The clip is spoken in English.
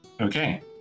Okay